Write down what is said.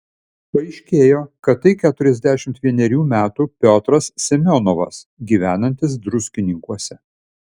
paaiškėjo kad tai keturiasdešimt vienerių metų piotras semionovas gyvenantis druskininkuose